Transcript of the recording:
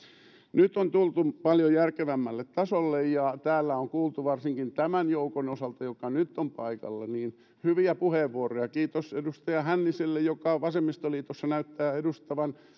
nyt on tultu paljon järkevämmälle tasolle ja täällä on kuultu varsinkin tämän joukon osalta joka nyt on paikalla hyviä puheenvuoroja kiitos edustaja hänniselle joka vasemmistoliitossa näyttää edustavan